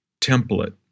template